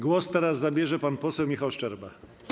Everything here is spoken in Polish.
Głos teraz zabierze pan poseł Michał Szczerba.